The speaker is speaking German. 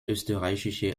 österreichische